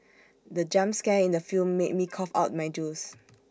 the jump scare in the film made me cough out my juice